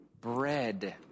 Bread